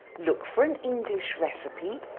look for an english recipe,